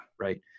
right